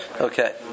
Okay